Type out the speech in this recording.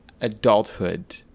adulthood